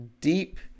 deep